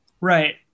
Right